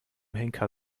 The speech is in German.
henker